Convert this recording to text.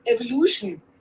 evolution